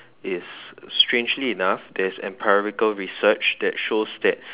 is strangely enough there's empirical research that shows that